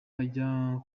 ajya